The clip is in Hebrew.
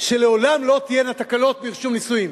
שלעולם לא תהיינה תקלות ברישום נישואים.